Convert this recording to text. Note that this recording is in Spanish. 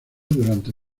durante